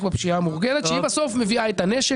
בפשיעה המאורגנת כי זה בסוף מה שמביא את הנשק,